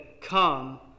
come